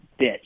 bitch